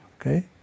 okay